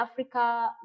Africa